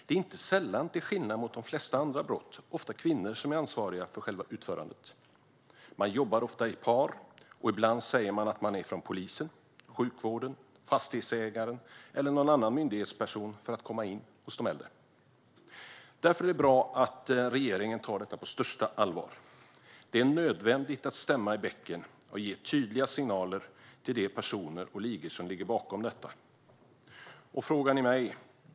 Det är inte sällan, till skillnad mot de flesta andra brott, kvinnor som är ansvariga för själva utförandet. Man jobbar ofta i par, och ibland säger man att man är från polisen, sjukvården, fastighetsägaren eller någon annan myndighetsperson för att komma in hos de äldre. Därför är det bra att regeringen tar detta på största allvar. Det är nödvändigt att stämma i bäcken och ge tydliga signaler till de personer och ligor som ligger bakom detta.